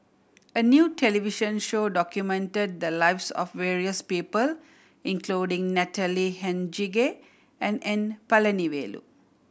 a new television show documented the lives of various people including Natalie Hennedige and N Palanivelu